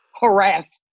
harass